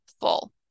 full